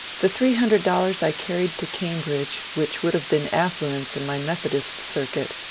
the three hundred dollars i carried to cambridge, which would have been affluence in my methodist circuit,